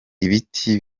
ibiti